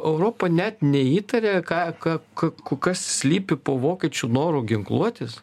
europa net neįtarė ką ką kas slypi po vokiečių noru ginkluotis